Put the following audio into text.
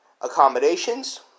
accommodations